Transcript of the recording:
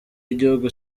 igihugu